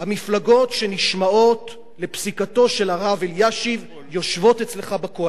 המפלגות שנשמעות לפסיקתו של הרב אלישיב יושבות אצלך בקואליציה,